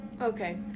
Okay